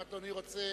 אם אדוני רוצה